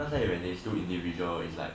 last time when they still individual is like